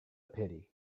pity